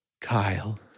Kyle